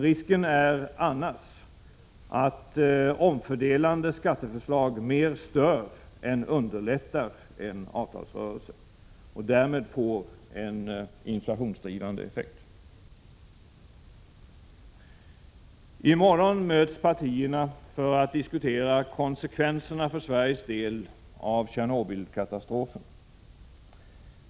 Risken är annars att omfördelande skatteförslag mer stör än underlättar en avtalsrörelse och därmed får en inflationsdrivande effekt. I morgon möts partierna för att diskutera konsekvenserna för Sveriges del av Tjernobylkatastrofen.